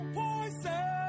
poison